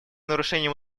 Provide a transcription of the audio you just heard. нарушением